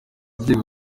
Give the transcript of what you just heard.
ababyeyi